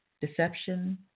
deception